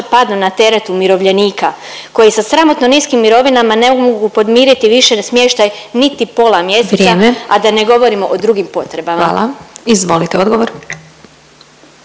padnu na teret umirovljenika koji sa sramotnim niskim mirovinama ne mogu podmiriti više smještaj ni pola mjeseca, a da ne govorimo o drugim potrebama. Također bilo je govora